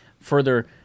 Further